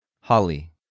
holly